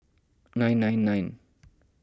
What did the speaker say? nine nine nine